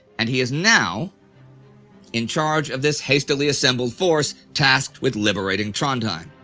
and he is now in charge of this hastily assembled force tasked with liberating trondheim.